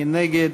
מי נגד?